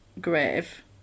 grave